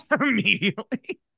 immediately